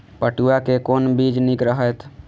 पटुआ के कोन बीज निक रहैत?